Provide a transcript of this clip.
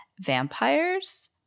Vampires